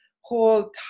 whole